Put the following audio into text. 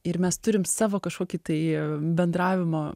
ir mes turim savo kažkokį tai bendravimo